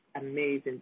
amazing